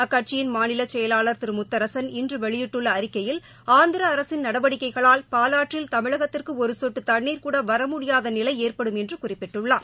அக்கட்சியின் மாநிலசெயலாளர் திருமுத்தரசன் இன்றவெளியிட்டுள்ளஅறிக்கையில் ஆந்திரஅரசின் நடவடிக்கைகளால் பாலாற்றில் தமிழகத்திற்குஒருசொட்டுதண்ணீர்கூடவரமுடியாதநிலைஏற்படும் என்றுகுறிப்பிட்டுள்ளார்